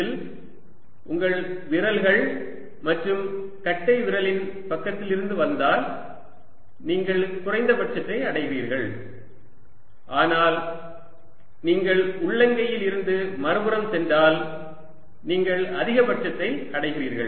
இதில் உங்கள் விரல்கள் மற்றும் கட்டைவிரலின் பக்கத்திலிருந்து வந்தால் நீங்கள் குறைந்தபட்சத்தை அடைகிறீர்கள் ஆனால் நீங்கள் உள்ளங்கையில் இருந்து மறுபுறம் சென்றால் நீங்கள் அதிகபட்சத்தை அடைகிறீர்கள்